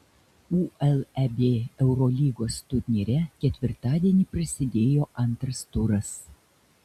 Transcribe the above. uleb eurolygos turnyre ketvirtadienį prasidėjo antras turas